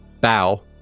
bow